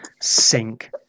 sink